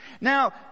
Now